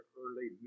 early